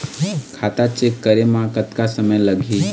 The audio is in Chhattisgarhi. खाता चेक करे म कतक समय लगही?